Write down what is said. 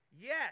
yes